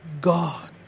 God